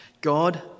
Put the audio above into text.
God